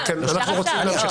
רוצים לקיים